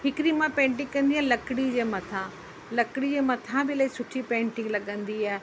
हिकड़ी मां पेंटिंग कंदी आहियां लकड़ी जे मथां लकड़ी जे मथां बि इलाही सुठी पेंटिंग लॻंदी आहे